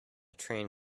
train